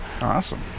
awesome